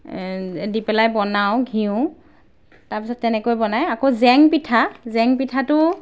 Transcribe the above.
দি পেলাই বনাওঁ ঘিউ তাৰপিছত তেনেকৈ বনায় আকৌ জেং পিঠা জেং পিঠাটো